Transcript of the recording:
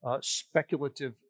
speculative